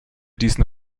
diesen